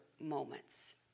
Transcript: moments